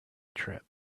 trip